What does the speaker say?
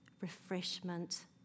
refreshment